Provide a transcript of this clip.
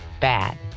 bad